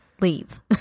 leave